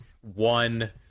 one